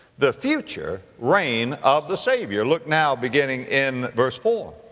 the future reign of the savior. look now beginning in verse four,